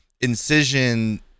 incision